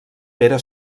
pere